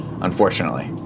unfortunately